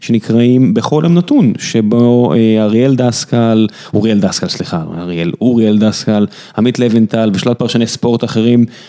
שנקראים בכל יום נתון, שבו אריאל דסקל, אוריאל דסקל, סליחה, אריאל אוריאל דסקל, עמית לוינטל ושלל פרשני ספורט אחרים.